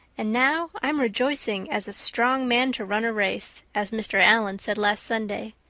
and now i'm rejoicing as a strong man to run a race, as mr. allan said last sunday.